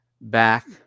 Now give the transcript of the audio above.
back